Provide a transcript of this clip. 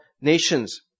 nations